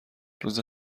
روز